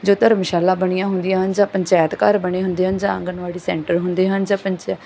ਜੋ ਧਰਮਸ਼ਾਲਾ ਬਣੀਆਂ ਹੁੰਦੀਆਂ ਹਨ ਜਾਂ ਪੰਚਾਇਤ ਘਰ ਬਣੇ ਹੁੰਦੇ ਹਨ ਜਾਂ ਆਂਗਨਵਾੜੀ ਸੈਂਟਰ ਹੁੰਦੇ ਹਨ ਜਾਂ ਪੰਚਾ